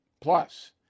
Plus